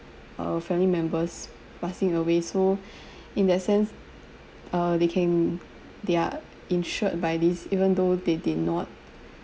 uh family members passing away so in that sense uh they can they are insured by this even though they did not